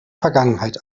vergangenheit